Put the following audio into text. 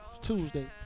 Tuesday